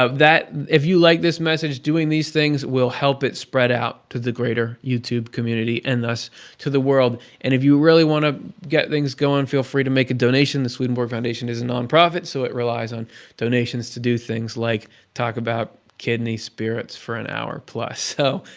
ah if you like this message, doing these things will help it spread out to the greater youtube community and thus to the world. and if you really want to get things going, feel free to make a donation. the swedenborg foundation is a non-profit, so it relies on donations to do things like talk about kidney spirits for an hour plus. so,